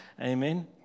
Amen